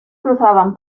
cruzaban